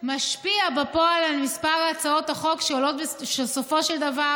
משפיע בפועל על מספר הצעות החוק שעולות בסופו של דבר